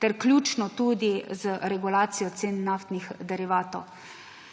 ter ključno tudi z regulacijo cen naftnih derivatov.